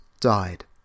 died